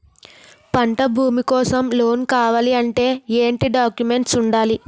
పంట భూమి కోసం లోన్ కావాలి అంటే ఏంటి డాక్యుమెంట్స్ ఉండాలి?